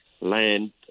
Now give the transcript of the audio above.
land